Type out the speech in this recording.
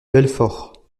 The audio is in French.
belfort